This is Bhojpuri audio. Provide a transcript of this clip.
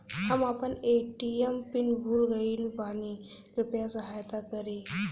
हम आपन ए.टी.एम पिन भूल गईल बानी कृपया सहायता करी